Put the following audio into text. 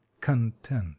content